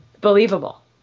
believable